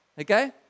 Okay